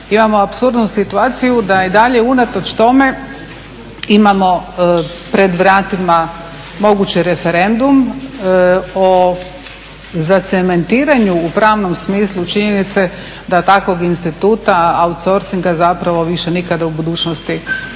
imao apsurdnu situaciju da i dalje unatoč tome imamo pred vratima mogući referendum o zacementiranju u pravnom smislu činjenice da takvog instituta outsorcinga zapravo više nikada u budućnosti ne